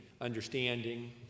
understanding